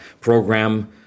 program